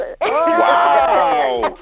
Wow